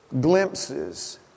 glimpses